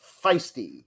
feisty